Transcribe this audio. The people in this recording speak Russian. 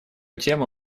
тему